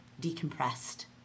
decompressed